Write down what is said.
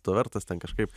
to vertas ten kažkaip